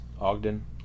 Ogden